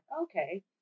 okay